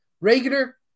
regular